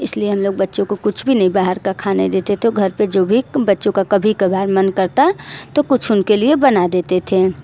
इस लिए हम लोग बच्चों को कुछ भी नहीं बाहर का खाने देते थे घर पर जो भी बच्चों का कभी कभार मन करता तो कुछ उनके लिए बना देते थे